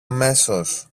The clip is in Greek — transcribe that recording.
αμέσως